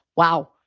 Wow